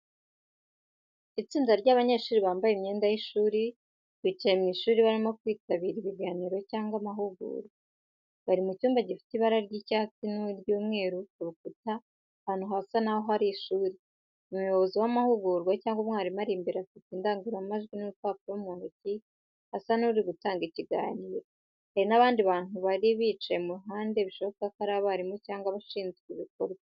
Itsinda ry'abanyeshuri bambaye imyenda y'ishuri, bicaye mu ishuri barimo kwitabira ibiganiro cyangwa amahugurwa. Bari mu cyumba gifite ibara ry’icyatsi n’iry’umweru ku rukuta ahantu hasa naho ari ishuri. Umuyobozi w'amahugurwa cyangwa umwarimu ari imbere afite indangururamajwi n’urupapuro mu ntoki asa n’uri gutanga ikiganiro. Hari n’abandi bantu bicaye ku ruhande bishoboka ko ari abarimu cyangwa abashinzwe ibikorwa.